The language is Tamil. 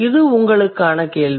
இது உங்களுக்கான கேள்வி